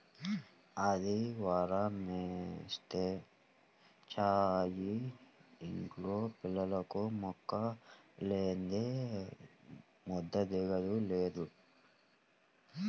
ఆదివారమొస్తే చాలు యింట్లో పిల్లలకు ముక్కలేందే ముద్ద దిగటం లేదు